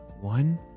one